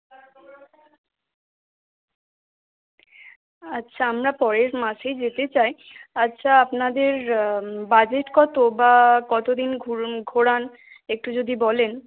আচ্ছা আমরা পরের মাসেই যেতে চাই আচ্ছা আপনাদের বাজেট কতো বা কতো দিন ঘুরুন ঘোরান একটু যদি বলেন